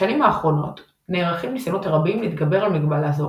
בשנים האחרונות נערכים ניסיונות רבים להתגבר על מגבלה זו